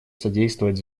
содействовать